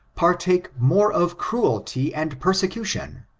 partake more of cruelty and persecution,